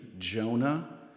Jonah